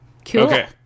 Okay